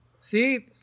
See